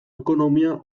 ekonomia